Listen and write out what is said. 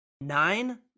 Nine